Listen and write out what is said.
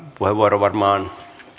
puheenvuoro varmaan